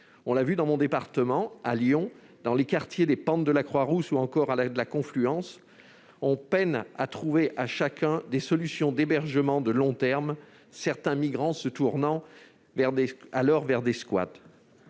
On l'a vu dans mon département, à Lyon, dans les quartiers des pentes de la Croix-Rousse ou encore de la Confluence : on peine à trouver à chacun des solutions d'hébergement de long terme, certains migrants se tournant alors vers des squats.